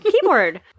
Keyboard